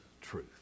truth